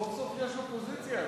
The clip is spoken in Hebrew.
סוף-סוף יש אופוזיציה.